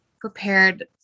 prepared